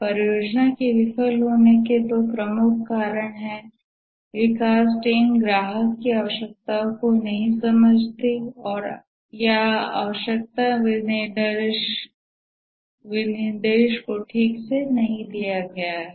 परियोजना के विफल होने के दो प्रमुख कारण यह है कि विकास टीम ग्राहक की आवश्यकताओं को नहीं समझती है और आवश्यकता विनिर्देश को ठीक से नहीं दिया गया है